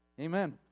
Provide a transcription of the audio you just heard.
amen